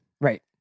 right